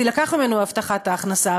תילקח ממנו הבטחת ההכנסה,